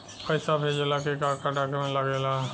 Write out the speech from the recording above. पैसा भेजला के का डॉक्यूमेंट लागेला?